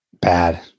bad